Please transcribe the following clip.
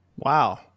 Wow